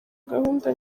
gahunda